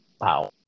Wow